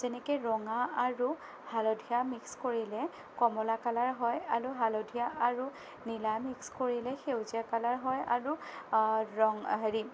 যেনেকৈ ৰঙা আৰু হালধীয়া মিক্স কৰিলে কমলা কালাৰ হয় আৰু হালধীয়া আৰু নীলা মিক্স কৰিলে সেউজীয়া কালাৰ হয় আৰু ৰঙ হেৰি